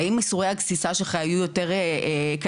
האם ייסורי הגסיסה שלך היו יותר קלים?